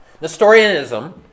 Nestorianism